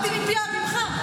למדתי ממך.